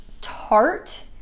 tart